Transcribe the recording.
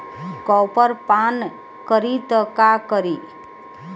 Copper पान करी त का करी?